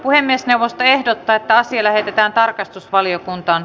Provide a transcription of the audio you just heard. puhemiesneuvosto ehdottaa että asia lähetetään tarkastusvaliokuntaan